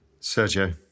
Sergio